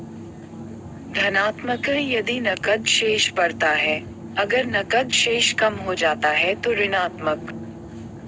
धनात्मक यदि नकद शेष बढ़ता है, अगर नकद शेष कम हो जाता है तो ऋणात्मक